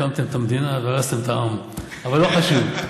הקמתם את המדינה והרסתם את העם, אבל לא חשוב.